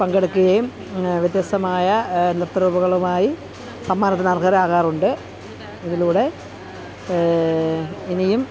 പങ്കെടുക്കുകയും വ്യത്യസ്തമായ നൃത്തരൂപങ്ങളുമായി സമ്മാനത്തിന് അർഹരാകാറുമുണ്ട് ഇതിലൂടെ ഇനിയും